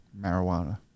Marijuana